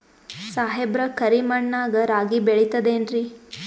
ಸಾಹೇಬ್ರ, ಕರಿ ಮಣ್ ನಾಗ ರಾಗಿ ಬೆಳಿತದೇನ್ರಿ?